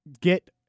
get